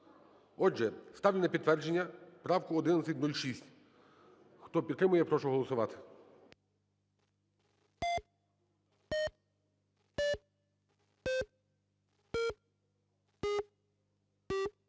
Отже, ставлю на підтвердження правку 1106. Хто підтримує, прошу голосувати.